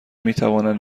میتوانند